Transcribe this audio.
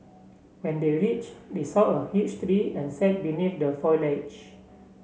when they reached they saw a huge tree and sat beneath the foliage